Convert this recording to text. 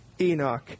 Enoch